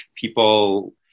people